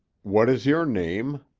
what is your name?